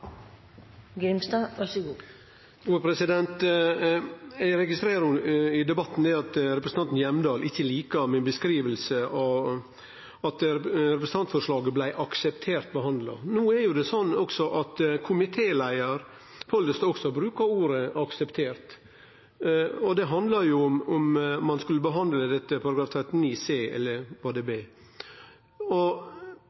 registrerer i debatten at representanten Hjemdal ikkje likar ordbruken min om at representantforslaget «blei akseptert» behandla. No er det slik at komitéleiar Pollestad også brukte ordet «akseptert». Det handla om ein skulle behandle dette etter § 39 c, eller var det 39 b.